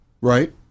right